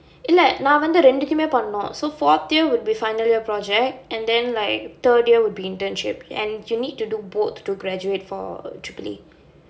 இல்ல நான் வந்து ரெண்டையுமே பண்ணனும்:illa naan vanthu rendaiyumae pannanum so fourth year will be final year project and then like third year will be internship and you need to do both to graduate for